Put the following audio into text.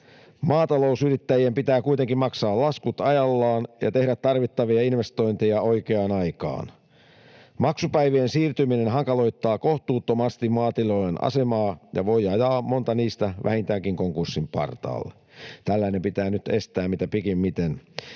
Maatalousyrittäjien pitää kuitenkin maksaa laskut ajallaan ja tehdä tarvittavia investointeja oikeaan aikaan. Maksupäivien siirtyminen hankaloittaa kohtuuttomasti maatilojen asemaa ja voi ajaa monta niistä vähintäänkin konkurssin partaalla. Tällainen pitää nyt estää mitä pikimmiten.